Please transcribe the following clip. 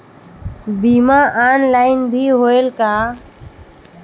बीमा ऑनलाइन भी होयल का?